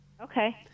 Okay